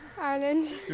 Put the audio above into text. Ireland